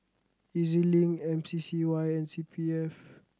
E Z Link M C C Y and C P F